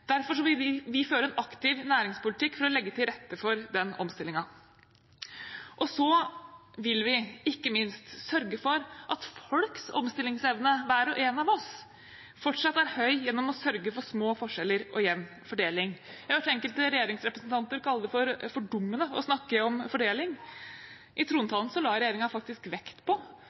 Derfor vil vi føre en aktiv næringspolitikk for å legge til rette for den omstillingen. Så vil vi ikke minst sørge for at folks omstillingsevne – hver og en av oss – fortsatt er høy, gjennom å sørge for små forskjeller og jevn fordeling. Jeg har hørt enkelte regjeringsrepresentanter kalle det for fordummende å snakke om fordeling. I trontalen la regjeringen faktisk vekt på